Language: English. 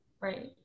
Right